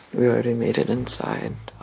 we already made it inside.